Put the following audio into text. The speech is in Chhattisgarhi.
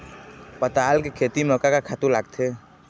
पताल के खेती म का का खातू लागथे?